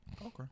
Okay